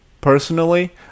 personally